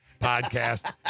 Podcast